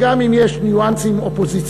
גם אם יש ניואנסים אופוזיציוניים,